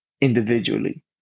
individually